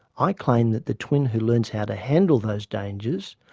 i claim that the twin who learns how to handle those dangers,